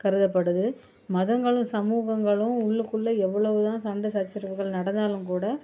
கருதப்படுது மதங்களும் சமூகங்களும் உள்ளுக்குள்ள எவ்வளவுதான் சண்டை சச்சரவுகள் நடந்தாலும் கூட